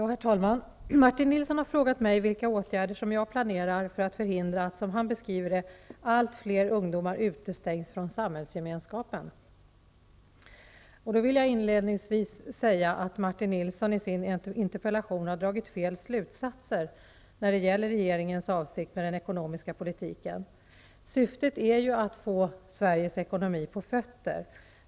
Herr talman! Martin Nilsson har frågat mig vilka åtgärder som jag planerar för att förhindra att, som han beskriver det, allt fler ungdomar utestängs från samhällsgemenskapen. Inledningsvis vill jag säga att Martin Nilsson i sin interpellation har dragit fel slutsatser när det gäller regeringens avsikt med den ekonomiska politiken. Syftet är att få Sveriges ekonomi på fötter.